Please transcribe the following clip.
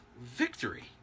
victory